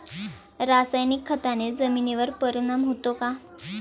रासायनिक खताने जमिनीवर परिणाम होतो का?